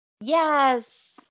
Yes